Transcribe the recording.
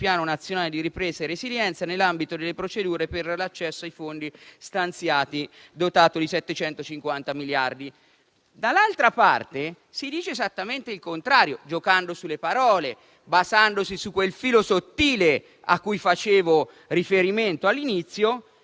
Piano nazionale di ripresa e resilienza nell'ambito delle procedure per l'accesso ai fondi stanziati con il programma *Next generetion EU,* dotato di 750 miliardi; dall'altra parte, si dice esattamente il contrario, giocando sulle parole, basandosi su quel filo sottile a cui facevo riferimento all'inizio,